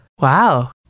Wow